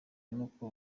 n’uko